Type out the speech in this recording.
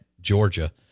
Georgia